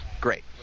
Great